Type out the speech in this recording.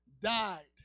died